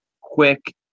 quick